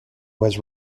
was